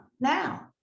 Now